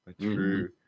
True